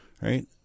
Right